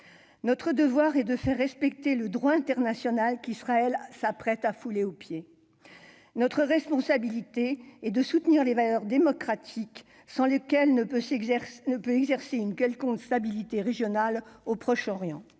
Notre devoir est de faire respecter le droit international qu'Israël s'apprête à fouler aux pieds. Notre responsabilité est de soutenir les valeurs démocratiques, sans lesquelles ne peut exister une quelconque stabilité régionale au Proche-Orient.